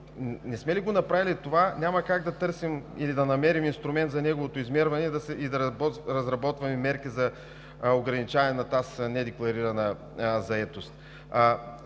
Не сме ли го направили това, няма как да търсим или да намерим инструмент за неговото измерване и да разработваме мерки за ограничаването ѝ.